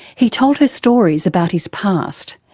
he told her stories about his past,